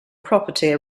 property